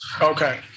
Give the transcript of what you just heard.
Okay